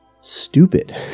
stupid